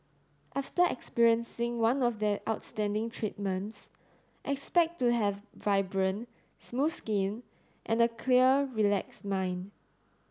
after experiencing one of their outstanding treatments expect to have vibrant smooth skin and a clear relaxed mind